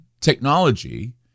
technology